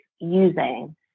using